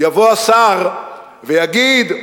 יבוא השר ויגיד: